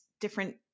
different